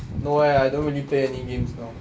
no eh I don't really play any games now